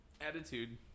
attitude